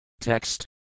Text